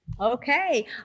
Okay